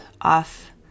off